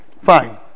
Fine